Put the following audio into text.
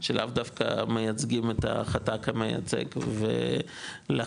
שלאו דווקא מייצגים את החתך המייצג ולכן,